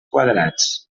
quadrats